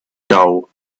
doll